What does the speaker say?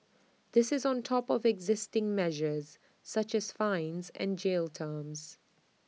this is on top of existing measures such as fines and jail terms